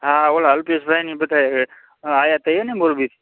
હા ઓલા અલ્પેશભાઈને એ બધા આવ્યા હતા એ ને મોરબીથી